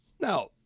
Now